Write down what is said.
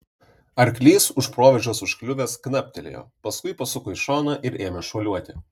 arklys už provėžos užkliuvęs knaptelėjo paskui pasuko į šoną ir ėmę šuoliuoti